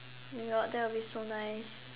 not that will be so nice